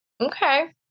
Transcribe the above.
okay